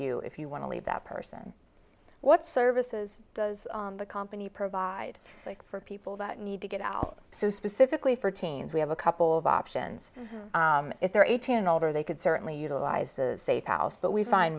you if you want to leave that person what services does the company provide for people that need to get out so specifically for teens we have a couple of options if they're eighteen and older they could certainly utilize the safe house but we find